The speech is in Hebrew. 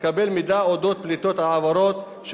לקבל מידע על אודות פליטות והעברות של